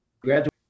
graduate